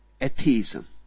atheism